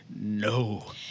no